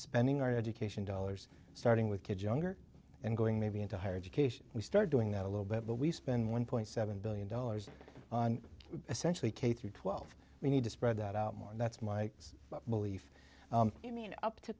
spending our education dollars starting with kids younger and going maybe into higher education we start doing that a little bit but we spend one point seven billion dollars on essentially k through twelve we need to spread that out more and that's my belief i mean up to